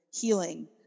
healing